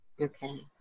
Okay